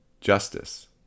justice